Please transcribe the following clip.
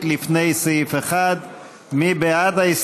איימן עודה,